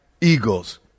eagles